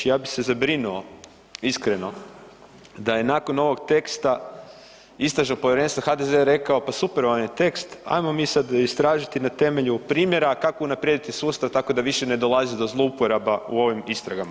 Ja bih se zabrinuo iskreno da je nakon ovog teksta istražnog povjerenstva HDZ rekao pa super vam je tekst, hajmo mi sad istražiti na temelju primjera kako unaprijediti sustav tako da više ne dolazi do zlouporaba u ovim istragama.